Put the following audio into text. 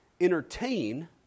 entertain